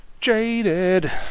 Jaded